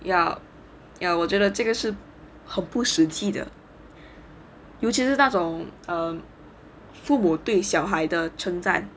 ya ya 我觉得这个是很不实际的尤其是那种父母对小孩的存在